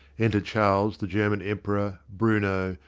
enter charles the german emperor, bruno,